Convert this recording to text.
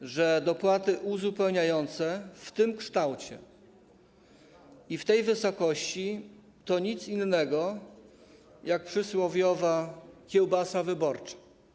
że dopłaty uzupełniające w tym kształcie i w tej wysokości to nic innego jak kiełbasa wyborcza.